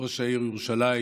ראש העיר ירושלים